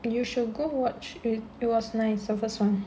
you should go watch i~ it was nice the first one